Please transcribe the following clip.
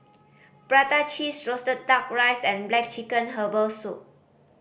prata cheese roasted Duck Rice and black chicken herbal soup